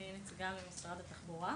אני נציגה ממשרד התחבורה.